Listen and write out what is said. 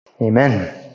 Amen